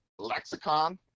Lexicon